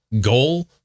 goal